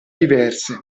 diverse